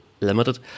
limited